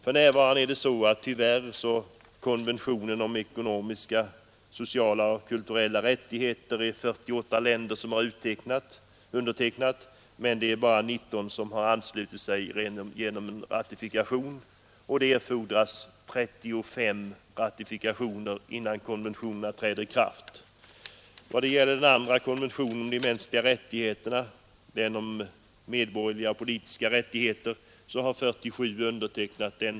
För närvarande är det tyvärr så, att endast 48 länder undertecknat konventionen om sociala och kulturella rättigheter och att bara 19 har anslutit sig genom en ratifikation. Det erfordras 35 ratifikationer innan konventionen träder i kraft. Beträffande den andra konventionen, om de mänskliga rättigheterna — medborgerliga och politiska rättigheter — så har 47 länder undertecknat den.